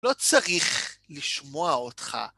לא צריך לשמוע אותך.